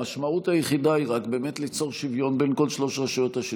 המשמעות היחידה היא רק באמת ליצוק שוויון בין כל שלוש רשויות השלטון,